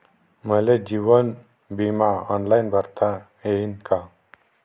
मले जीवन बिमा ऑनलाईन भरता येईन का?